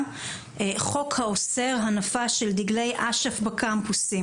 חוק האוסר הנפה של דגלי אשף בקמפוסים.